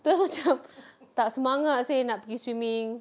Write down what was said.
terus macam tak semangat seh nak pergi swimming